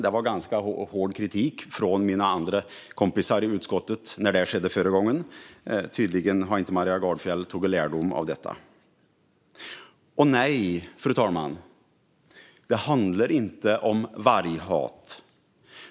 Det kom ganska hård kritik från mina kompisar i utskottet när det skedde förra gången. Tydligen har Maria Gardfjell inte tagit lärdom av detta. Fru talman! Nej, det handlar inte om varghat.